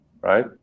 right